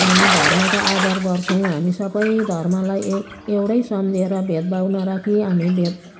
हामी धर्मको आदर गर्छौँ हामी सबै धर्मलाई ए एउटै सम्झिएर भेदभाव नराखी हामी भेद